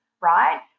right